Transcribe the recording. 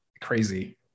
crazy